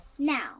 Now